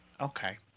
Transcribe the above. Okay